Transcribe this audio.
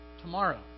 tomorrow